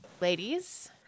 Ladies